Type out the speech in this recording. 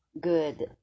good